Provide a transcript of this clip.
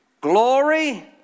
Glory